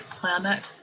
planet